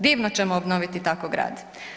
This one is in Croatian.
Divno ćemo obnoviti tako grad.